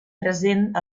present